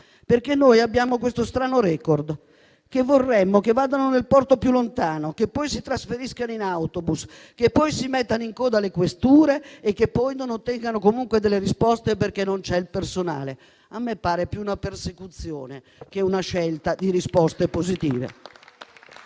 infatti questo strano *record* per cui vorremmo che andassero nel porto più lontano, che poi si trasferissero in autobus, che poi si mettessero in coda alle questure e che poi non ottenessero comunque risposte, perché non c'è il personale. A me pare più una persecuzione che una scelta di risposte positive.